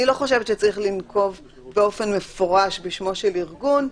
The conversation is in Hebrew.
אני לא חושבת שצריך לנקוב באופן מפורש בשמו של ארגון,